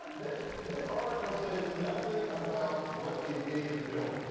this this article said nothing about what these idiots are doing.